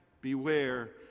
beware